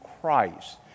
Christ